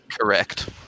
Correct